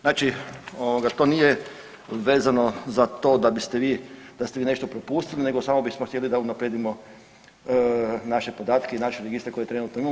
Znači to nije vezano za to da biste vi da ste vi nešto propustili nego samo bismo htjeli da unaprijedimo naše podatke i naše registre koje trenutno imamo.